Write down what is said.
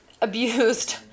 abused